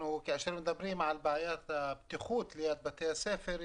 כאשר מדברים על בעיית הבטיחות ליד בתי הספר,